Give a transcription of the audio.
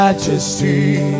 Majesty